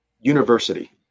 university